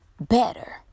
better